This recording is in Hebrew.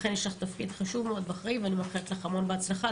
לכן יש לך תפקיד חשוב מאוד ואחראי ואני מאחלת לך המון בהצלחה.